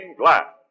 glass